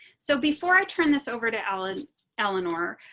so before i turn this over to alan eleanor,